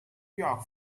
york